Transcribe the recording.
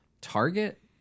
target